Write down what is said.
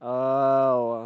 oh